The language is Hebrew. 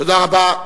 תודה רבה.